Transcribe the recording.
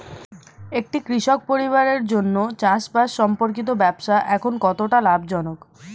একটি কৃষক পরিবারের জন্য চাষবাষ সম্পর্কিত ব্যবসা এখন কতটা লাভজনক?